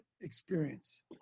experience